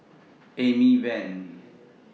Amy Van